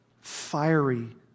fiery